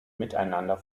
miteinander